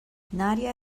nadia